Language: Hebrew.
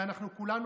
ואנחנו כולנו,